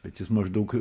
bet jis maždaug